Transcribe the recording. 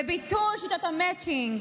וביטול שיטת המצ'ינג,